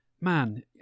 man